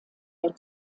der